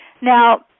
Now